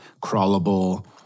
crawlable